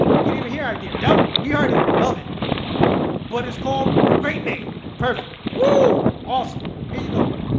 you'd even here idea. yep we already love it but it's called great name. perfect. whoo. awesome. here you go.